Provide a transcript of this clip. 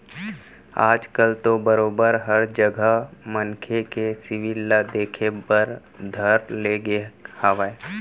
आज कल तो बरोबर हर जघा मनखे के सिविल ल देखे बर धर ले गे हावय